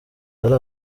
hari